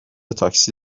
تاکسی